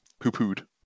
poo-pooed